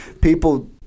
people